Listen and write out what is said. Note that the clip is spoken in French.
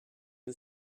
une